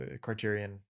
Criterion